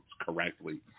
correctly